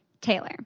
Taylor